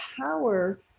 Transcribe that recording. power